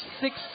six